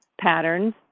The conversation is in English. patterns